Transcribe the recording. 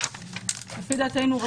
לפי דעתנו כן.